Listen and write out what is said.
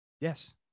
Yes